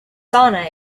sauna